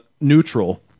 neutral